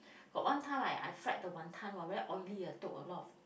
got one time I I fried the wanton !wah! very oily a took a lot of